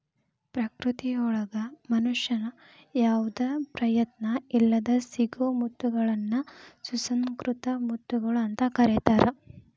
ಪ್ರಕೃತಿಯೊಳಗ ಮನುಷ್ಯನ ಯಾವದ ಪ್ರಯತ್ನ ಇಲ್ಲದ್ ಸಿಗೋ ಮುತ್ತಗಳನ್ನ ಸುಸಂಕೃತ ಮುತ್ತುಗಳು ಅಂತ ಕರೇತಾರ